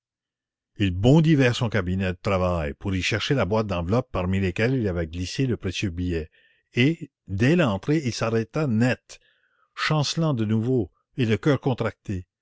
il bondit vers son cabinet de travail pour y chercher la boîte d'enveloppes parmi lesquelles il avait glissé le précieux billet et dès l'entrée il s'arrêta net chancelant de nouveau et le cœur contracté